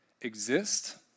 exist